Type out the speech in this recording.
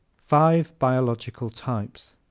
five biological types